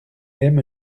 aime